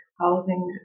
housing